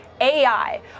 AI